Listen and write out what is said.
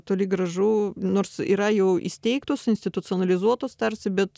toli gražu nors yra jau įsteigtos institucionalizuotos tarsi bet